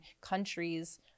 countries